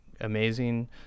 amazing